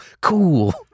Cool